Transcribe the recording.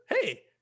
Hey